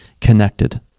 connected